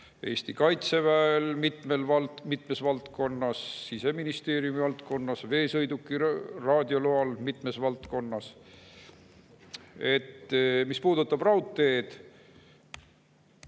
Eesti Kaitseväel mitmes valdkonnas, Siseministeeriumi valdkonnas, veesõiduki raadioloal mitmes valdkonnas. Mis puudutab raudteed,